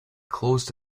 closed